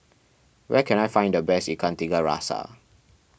where can I find the best Ikan Tiga Rasa